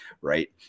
Right